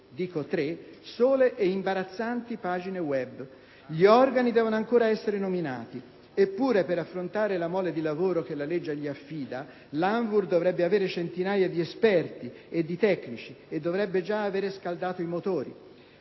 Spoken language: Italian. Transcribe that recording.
- ripeto - e imbarazzanti, pagine *web*. Gli organi devono ancora essere nominati. Eppure, per affrontare la mole di lavoro che la legge gli affida, l'ANVUR dovrebbe avere centinaia di esperti e di tecnici e dovrebbe già avere scaldato i motori.